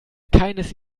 keines